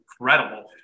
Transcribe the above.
incredible